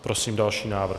Prosím další návrh.